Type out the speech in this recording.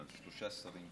שלושה שרים,